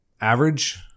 Average